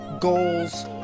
goals